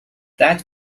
that